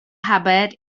hubbard